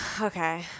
okay